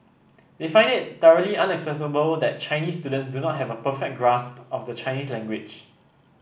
they find it thoroughly unacceptable that Chinese students do not have a perfect grasp of the Chinese language